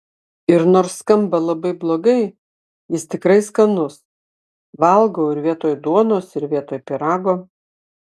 ir nors skamba labai blogai jis tikrai skanus valgau ir vietoj duonos ir vietoj pyrago